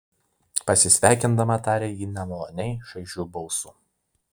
pasisveikindama tarė ji nemaloniai šaižiu balsu